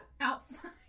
outside